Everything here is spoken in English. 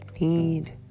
need